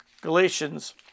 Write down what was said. Galatians